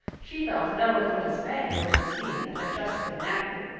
she felt no little dismay over the scene that had just been enacted.